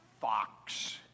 fox